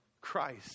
Christ